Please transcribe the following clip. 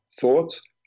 thoughts